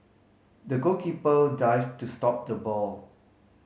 the goalkeeper dived to stop the ball